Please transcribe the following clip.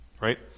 Right